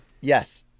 Yes